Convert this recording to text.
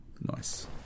nice